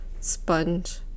sponge